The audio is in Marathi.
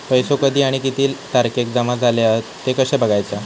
पैसो कधी आणि किती तारखेक जमा झाले हत ते कशे बगायचा?